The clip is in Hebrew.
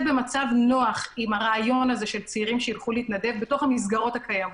במצב נוח עם הרעיון של צעירים שילכו להתנדב בתוך המסגרות הקיימות.